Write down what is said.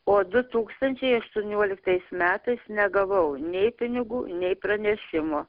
o du tūkstančiai aštuonioliktais metais negavau nei pinigų nei pranešimo